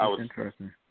Interesting